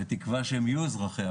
בתקווה שיהיו אזרחיה,